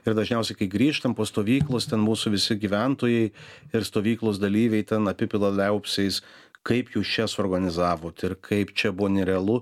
ir dažniausiai kai grįžtam po stovyklos ten mūsų visi gyventojai ir stovyklos dalyviai ten apipila liaupsiais kaip jūs čia suorganizavot ir kaip čia buvo nerealu